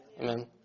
Amen